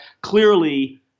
Clearly